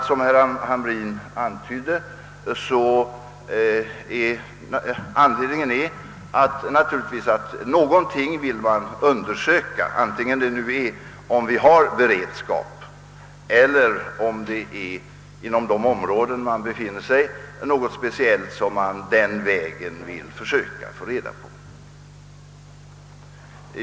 Som herr Hamrin antydde vill dessa ubåtar naturligtvis undersöka någonting, antingen det nu är om vi har beredskap över huvud taget eller något man vill försöka ta reda på inom det speciella område där man befinner sig.